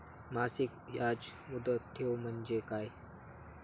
मासिक याज मुदत ठेव म्हणजे काय?